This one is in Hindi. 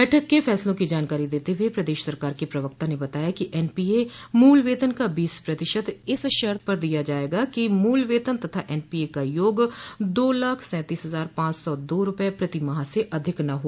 बैठक के फैसलों की जानकारी देते हुये प्रदेश सरकार के प्रवक्ता ने बताया कि एनपीए मूल बेतन का बीस प्रतिशत इस शर्त पर दिया जायेगा कि मूल वेतन तथा एनपीए का योग दो लाख सैंतीस हजार पांच सौ दो रूपये प्रतिमाह से अधिक न हो